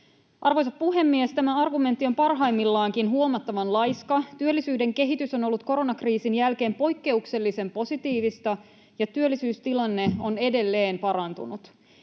Arvoisa puhemies, tämä argumentti on parhaimmillaankin huomattavan laiska. Työllisyyden kehitys on ollut koronakriisin jälkeen poikkeuksellisen positiivista, ja työllisyystilanne on edelleen parantunut.